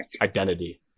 Identity